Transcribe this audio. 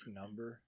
number